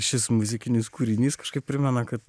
šis muzikinis kūrinys kažkaip primena kad